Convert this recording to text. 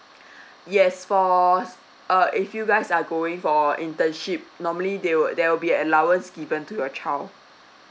yes for uh if you guys are going for internship normally they will there will be an allowance given to your child